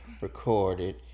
recorded